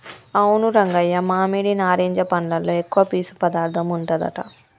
అవును రంగయ్య మామిడి నారింజ పండ్లలో ఎక్కువ పీసు పదార్థం ఉంటదట